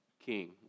king